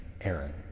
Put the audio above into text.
Aaron